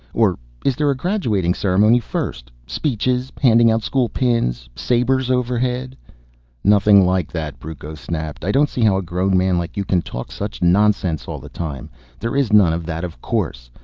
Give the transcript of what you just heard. or is there a graduating ceremony first? speeches, handing out school pins, sabers overhead nothing like that, brucco snapped. i don't see how a grown man like you can talk such nonsense all the time there is none of that, of course.